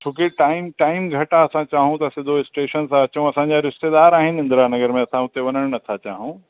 छो की time time घटि आहे असां चाहियूं था सिधो स्टेशन सां अचूं असांजा रिश्तेदार आहिनि इन्द्रानगर में असां उते वञणु नथा चाहियूं